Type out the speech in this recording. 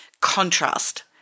contrast